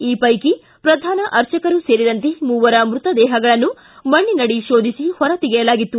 ಈ ವೈಕಿ ಪ್ರಧಾನ ಅರ್ಚಕರೂ ಸೇರಿದಂತೆ ಮೂವರ ಮ್ಬತದೇಹಗಳನ್ನು ಮಣ್ಣಿನಡಿ ಶೋಧಿಸಿ ಹೊರತೆಗೆಯಲಾಗಿತ್ತು